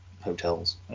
hotels